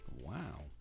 Wow